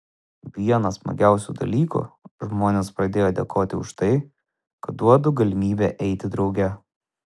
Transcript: vienas smagiausių dalykų žmonės pradėjo dėkoti už tai kad duodu galimybę eiti drauge